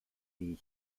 wie